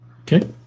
Okay